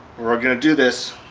we're we're going to do this